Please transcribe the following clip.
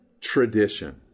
tradition